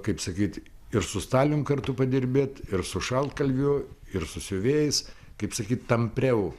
kaip sakyt ir su stalium kartu padirbėt ir su šaltkalviu ir su siuvėjais kaip sakyt tampriau